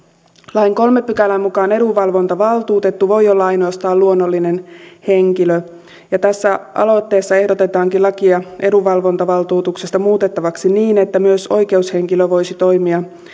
lain kolmannen pykälän mukaan edunvalvontavaltuutettu voi olla ainoastaan luonnollinen henkilö ja tässä aloitteessa ehdotetaankin lakia edunvalvontavaltuutuksesta muutettavaksi niin että myös oikeushenkilö voisi toimia